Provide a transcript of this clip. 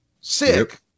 sick